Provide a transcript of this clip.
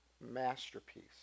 masterpiece